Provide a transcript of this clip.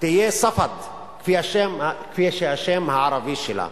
תהיה "ספת", כפי השם הערבי שלה.